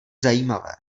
zajímavé